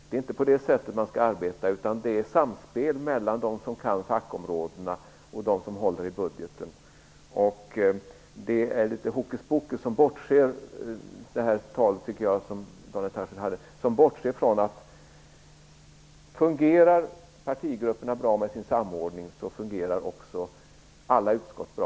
Det är inte på det sättet man skall arbeta. Det skall vara ett samspel mellan dem som kan fackområdena och dem som håller i budgeten. I Daniel Tarschys tal fanns litet av hokuspokus där man bortser från att om partigruppernas samordning fungerar bra så fungerar också alla utskott bra.